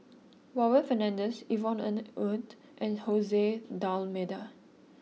Warren Fernandez Yvonne Ng Uhde and Jose D'almeida